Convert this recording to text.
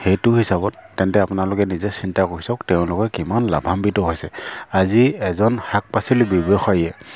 সেইটো হিচাপত তেন্তে আপোনালোকে নিজে চিন্তা কৰি চাওক তেওঁলোকে কিমান লাভাম্বিত হৈছে আজি এজন শাক পাচলিৰ ব্যৱসায়ীয়ে